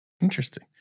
Interesting